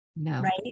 Right